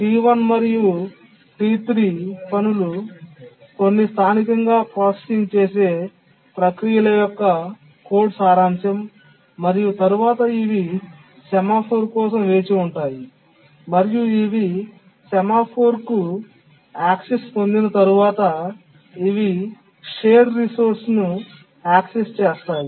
T1 మరియు T3 పనులు కొన్ని స్థానికంగా ప్రాసెసింగ్ చేసే ప్రక్రియల యొక్క కోడ్ సారాంశం మరియు తరువాత ఇవి సెమాఫోర్ కోసం వేచి ఉంటాయి మరియు ఇవి సెమాఫోర్కు ప్రాప్యత పొందిన తర్వాత ఇవి షేర్డ్ రిసోర్స్ను యాక్సెస్ చేస్తాయి